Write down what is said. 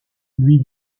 lui